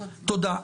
תודה.